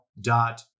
dot